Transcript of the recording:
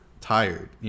tired